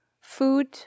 Food